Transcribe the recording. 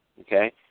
okay